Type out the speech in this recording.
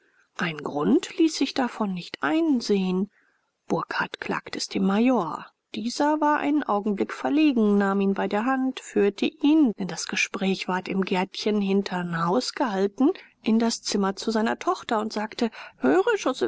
ein grund ließ sich davon nicht einsehen burkhardt klagte es dem major dieser war einen augenblick verlegen nahm ihn bei der hand führte ihn denn das gespräch ward im gärtchen hinteren haus gehalten in das zimmer zu seiner tochter und sagte höre